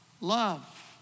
love